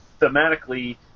thematically